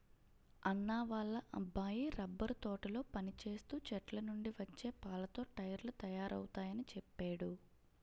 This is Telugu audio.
అన్నా వాళ్ళ అబ్బాయి రబ్బరు తోటలో పనిచేస్తూ చెట్లనుండి వచ్చే పాలతో టైర్లు తయారవుతయాని చెప్పేడు